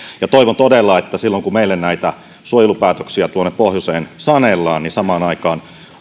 toivon todella että silloin kun meille näitä suojelupäätöksiä tuonne pohjoiseen sanellaan niin samaan aikaan